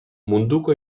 munduko